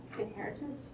Inheritance